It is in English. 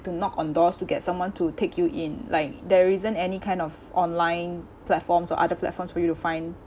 to knock on doors to get someone to take you in like there isn't any kind of online platforms or other platforms for you to find